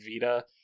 Vita